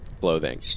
clothing